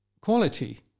quality